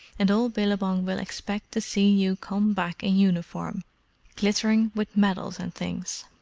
and all billabong will expect to see you come back in uniform glittering with medals and things.